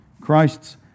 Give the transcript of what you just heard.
Christ's